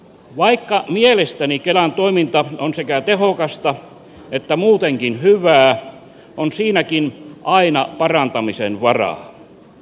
vaikka mielestäni kelan toiminta on sekä tehokasta että muutenkin hyvää on siinäkin aina parantamisen varaa